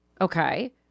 Okay